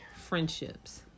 friendships